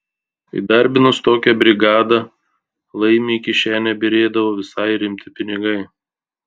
įdarbinus tokią brigadą laimiui į kišenę byrėdavo visai rimti pinigai